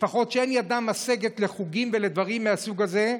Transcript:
משפחות שאין ידן משגת לחוגים ולדברים מהסוג הזה.